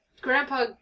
Grandpa